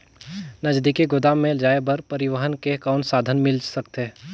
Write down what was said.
नजदीकी गोदाम ले जाय बर परिवहन के कौन साधन मिल सकथे?